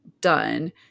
done